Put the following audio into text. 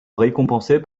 récompensé